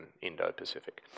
Indo-Pacific